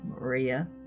Maria